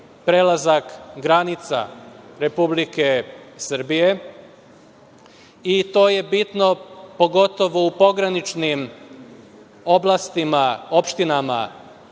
prelazak granica Republike Srbije i to je bitno, pogotovo u pograničnim oblastima, opštinama